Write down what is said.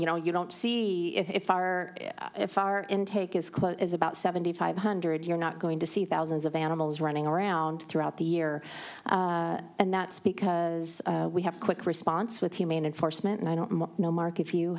you know you don't see if our if our intake is quote is about seventy five hundred you're not going to see thousands of animals running around throughout the year and that's because we have quick response with humane enforcement and i don't know marc if you